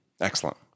Excellent